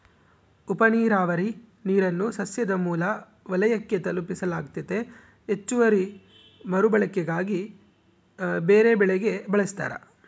ಉಪನೀರಾವರಿ ನೀರನ್ನು ಸಸ್ಯದ ಮೂಲ ವಲಯಕ್ಕೆ ತಲುಪಿಸಲಾಗ್ತತೆ ಹೆಚ್ಚುವರಿ ಮರುಬಳಕೆಗಾಗಿ ಬೇರೆಬೆಳೆಗೆ ಬಳಸ್ತಾರ